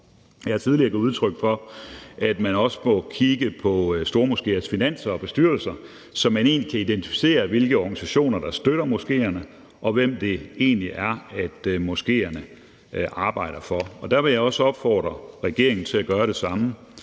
Jeg har tidligere givet udtryk for, at man også må kigge på stormoskéers finanser og bestyrelser, så man egentlig identificerer, hvilke organisationer der støtter moskéerne, og hvem det egentlig er, moskéerne arbejder for. Og der vil jeg også opfordre regeringen til at gøre det samme,